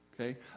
Okay